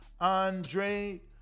Andre